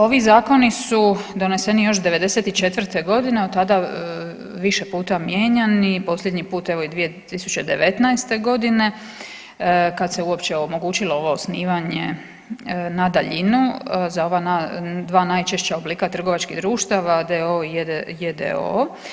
Ovi zakoni su doneseni još '94.g. od tada više puta mijenjani, posljednji put evo i 2019.g. kad se uopće omogućilo ovo osnivanje na daljinu za ova dva najčešća oblika trgovačkih društava d.o.o. i j.d.o.o.